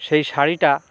সেই শাড়িটা